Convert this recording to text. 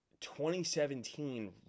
2017